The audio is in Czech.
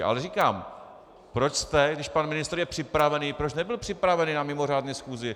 Ale říkám, proč jste, když pan ministr je připravený proč nebyl připravený na mimořádné schůzi?